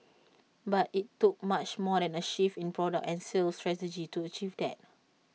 but IT took much more than A shift in product and sales strategy to achieve that